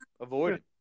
avoid